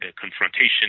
confrontation